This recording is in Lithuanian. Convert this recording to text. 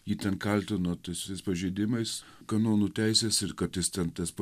jį ten kaltino tais visais pažeidimais kanonų teisės ir kad jis ten tas pontifikatas